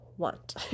want